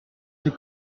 que